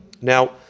Now